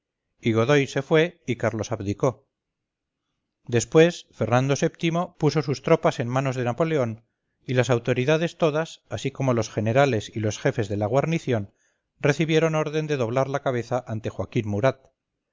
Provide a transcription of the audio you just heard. ese rey y godoy se fue y carlos abdicó después fernando vii puso sus tropas en manos de napoleón y las autoridades todas así como los generales y los jefes de la guarnición recibieron orden de doblar la cabeza ante joaquín murat